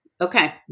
Okay